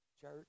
Church